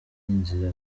inzira